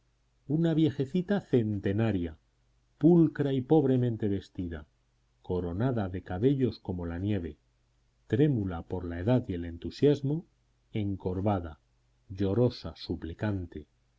una viejecita centenaria pulcra y pobremente vestida coronada de cabellos como la nieve trémula por la edad y el entusiasmo encorvada llorosa suplicante